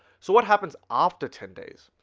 so what happens after ten days?